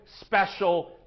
special